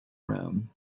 room